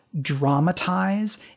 dramatize